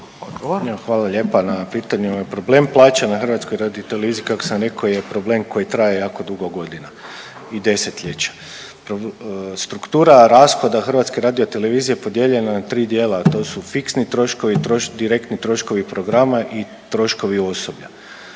Hvala lijepa na pitanju. Problem plaća na Hrvatskoj radio-televiziji kako sam rekao je problem koji traje jako dugo godina i desetljeća. Struktura rashoda Hrvatske radiotelevizije podijeljena je na tri dijela, a to su fiksni troškovi, direktni troškovi programa i troškovi osoblja.